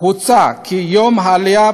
הוצע כי יום העלייה